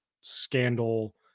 scandal